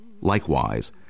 Likewise